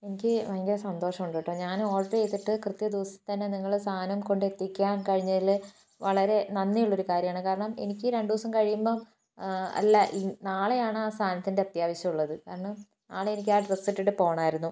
എനിക്ക് ഭയങ്കര സന്തോഷം ഉണ്ട് കേട്ടോ ഞാൻ ഓർഡർ ചെയ്തിട്ട് കൃത്യദിവസം തന്നെ നിങ്ങൾ സാധനം കൊണ്ടെത്തിക്കാൻ കഴിഞ്ഞതിൽ വളരെ നന്ദി ഉള്ളൊരു കാര്യമാണ് കാരണം എനിക്ക് രണ്ട് ദിവസം കഴിയുമ്പം അല്ല നാളെയാണ് ആ സാധനത്തിന്റെ അത്യാവശ്യം ഉള്ളത് കാരണം നാളെ എനിക്ക് ആ ഡ്രസ്സ് ഇട്ടിട്ട് പോകണമായിരുന്നു